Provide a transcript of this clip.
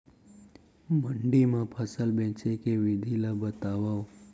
मंडी मा फसल बेचे के विधि ला बतावव?